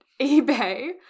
eBay